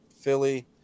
philly